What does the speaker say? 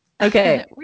Okay